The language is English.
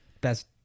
best